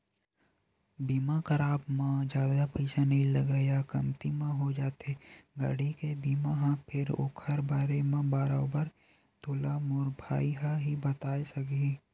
बीमा कराब म जादा पइसा नइ लगय या कमती म हो जाथे गाड़ी के बीमा ह फेर ओखर बारे म बरोबर तोला मोर भाई ह ही बताय सकही